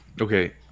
Okay